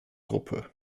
gruppe